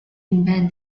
invent